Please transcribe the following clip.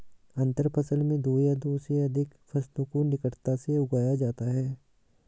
अंतर फसल में दो या दो से अघिक फसलों को निकटता में उगाया जाता है